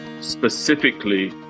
specifically